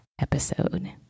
episode